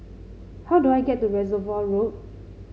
how do I get to Reservoir Road